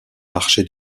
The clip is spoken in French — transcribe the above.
marché